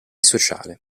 sociale